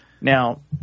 Now